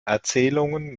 erzählungen